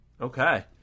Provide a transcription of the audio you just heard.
Okay